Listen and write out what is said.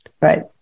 Right